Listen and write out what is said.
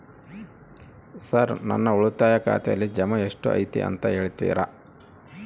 Sir ನನ್ನ ಉಳಿತಾಯ ಖಾತೆಯಲ್ಲಿ ಜಮಾ ಎಷ್ಟು ಐತಿ ಅಂತ ಹೇಳ್ತೇರಾ?